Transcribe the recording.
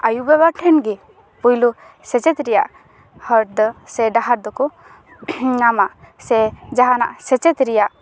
ᱟᱭᱳ ᱵᱟᱵᱟ ᱴᱷᱮᱱ ᱜᱮ ᱯᱩᱭᱞᱩ ᱥᱮᱪᱮᱫ ᱨᱮᱭᱟᱜ ᱦᱚᱨ ᱫᱚ ᱥᱮ ᱰᱟᱦᱟᱨ ᱫᱚᱠᱚ ᱧᱟᱢᱟ ᱥᱮ ᱡᱟᱦᱟᱱᱟᱜ ᱥᱮᱪᱮᱫ ᱨᱮᱭᱟᱜ